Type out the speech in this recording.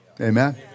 Amen